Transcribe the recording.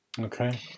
Okay